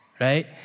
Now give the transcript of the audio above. right